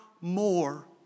more